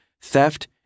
theft